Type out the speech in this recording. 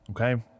okay